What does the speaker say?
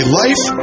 life